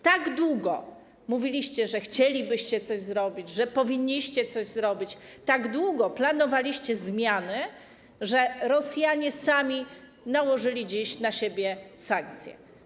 Tak długo mówiliście, że chcielibyście coś zrobić, że powinniście coś zrobić, tak długo planowaliście zmiany, że Rosjanie sami nałożyli dziś na siebie sankcje.